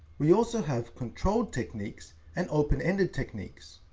we also have controlled techniques and open-ended techniques.